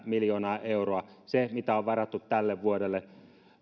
miljoonaa euroa se mitä on varattu tälle vuodelle